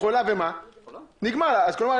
אז כלומר,